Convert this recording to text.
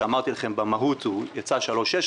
שאמרתי לכם במהות הוא יצא 3.6%,